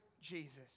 Jesus